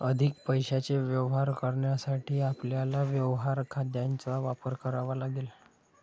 अधिक पैशाचे व्यवहार करण्यासाठी आपल्याला व्यवहार खात्यांचा वापर करावा लागेल